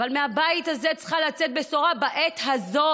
אבל מהבית הזה צריכה לצאת בשורה בעת הזאת.